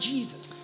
Jesus